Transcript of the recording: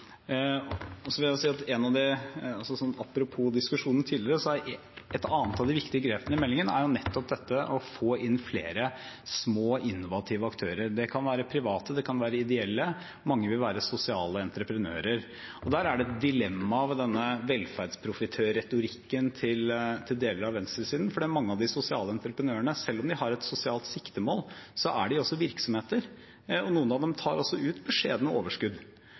tidligere er et annet av de viktige grepene i meldingen nettopp dette å få inn flere små, innovative aktører. Det kan være private, det kan være ideelle, mange vil være sosiale entreprenører. Der er det et dilemma ved denne velferdsprofitør-retorikken til deler av venstresiden. For mange av de sosiale entreprenørene, selv om de har et sosialt siktemål, er også virksomheter. Noen av dem tar også ut beskjedne overskudd.